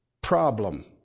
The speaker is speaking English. problem